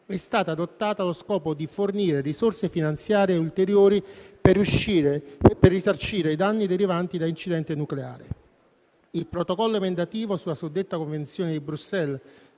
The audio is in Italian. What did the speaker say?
è stata adottata allo scopo di fornire risorse finanziarie ulteriori per risarcire i danni derivanti da incidente nucleare. Il protocollo emendativo della suddetta Convenzione di Bruxelles,